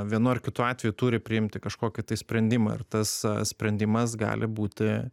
vienu ar kitu atveju turi priimti kažkokį tai sprendimą ir tas sprendimas gali būti